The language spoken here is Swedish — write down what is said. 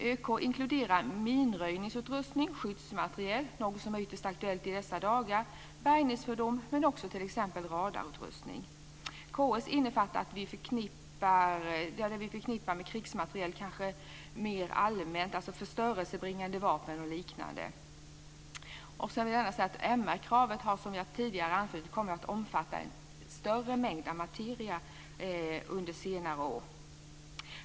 Övrig krigsmateriel inkluderar minröjningsutrustning, skyddsmateriel - något som är ytterst aktuellt i dessa dagar - och bärgningsfordon. Det inkluderar också t.ex. radarutrustning. Krigsmateriel för strid förknippar vi kanske med krigsmateriel rent allmänt. Det handlar alltså om förstörelsebringande vapen och liknande. MR-kravet har som jag tidigare anfört kommit att omfatta en större mängd materia under senare år.